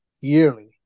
yearly